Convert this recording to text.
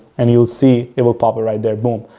and you'll see it will pop right there, boom.